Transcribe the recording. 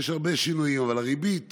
אבל הריבית